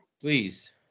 Please